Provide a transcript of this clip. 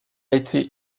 été